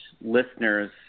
listeners